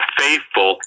faithful